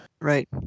Right